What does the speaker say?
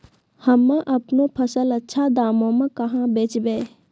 हम्मे आपनौ फसल अच्छा दामों मे कहाँ बेचबै?